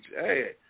Hey